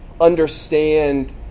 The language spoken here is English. understand